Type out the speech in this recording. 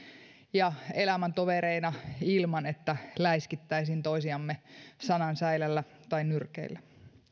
ja elämäntovereina ilman että läiskittäisiin toisiamme sanan säilällä tai nyrkeillä